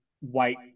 white